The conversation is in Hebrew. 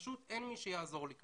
פשוט אין מי שיעזור לי כאן.